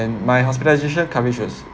and my hospitalization coverage is